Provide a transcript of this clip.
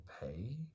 pay